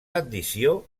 addició